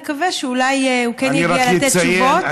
נקווה שאולי הוא כן יגיע לתת תשובות.